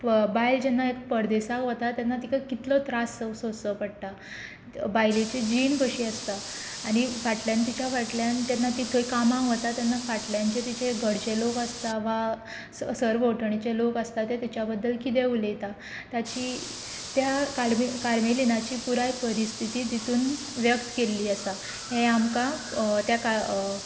बायल जेन्ना परदेसाक वता तेन्ना तिका कितलो त्रास सोंसचो पडटा बायलेची जीण कशी आसता आनी फाटल्यान तिच्या फाटल्यान जेन्ना ती खंय कामाक वता तेन्ना फाटल्यान जे तिचे घरचे लोक आसता वा सरभोंवतणीचे लोक आसता ते तिच्या बद्दल कितें उलयतात ताची त्या कार्मेलीनाची पुराय परिस्थिती तितून व्यक्त केल्ली आसा हें आमकां त्या